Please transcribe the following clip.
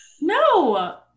No